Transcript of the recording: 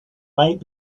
might